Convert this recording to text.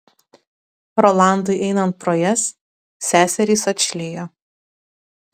rolandui einant pro jas seserys atšlijo